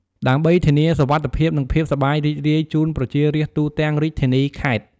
ដើម្បីធានាសុវត្ថិភាព និងភាពសប្បាយរីករាយជូនប្រជារាស្ត្រទូទាំងរាជធានី-ខេត្ត។